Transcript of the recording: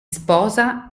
sposa